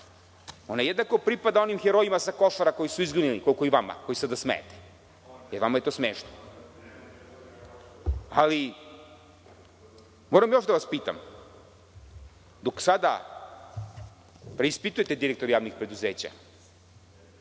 Ona jednako pripada onim herojima sa Košara koji su izginuli, koliko i vama, koji se sada smejete, jer vama je to smešno. Moram još nešto da vas pitam. Dok sada preispitujete direktore javnih preduzeća,